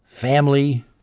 family